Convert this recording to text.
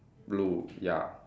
blue ya